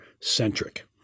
centric